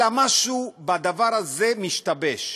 אלא שמשהו בדבר הזה משתבש,